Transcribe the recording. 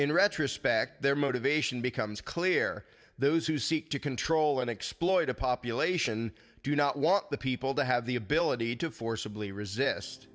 in retrospect their motivation becomes clear those who seek to control and exploit a population do not want the people to have the ability to forcibly resist